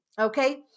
Okay